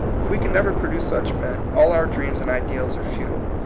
if we can never produce such men, all our dreams and ideals are futile,